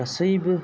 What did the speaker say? गासैबो